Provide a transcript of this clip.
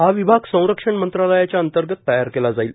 हा विभाग संरक्षण मंत्रालयाच्या अंतर्गत तयार केला जाईल